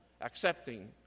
accepting